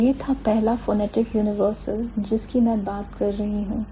तो यह था पहला phonetic universal जिसकी मैं बात कर रही हूं